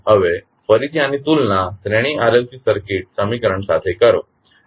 હવે તમે ફરીથી આની તુલના શ્રેણી RLC સર્કિટ સમીકરણ સાથે કરો